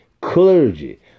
clergy